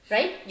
Right